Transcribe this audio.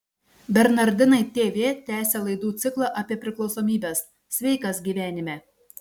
bernardinai tv tęsia laidų ciklą apie priklausomybes sveikas gyvenime